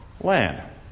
land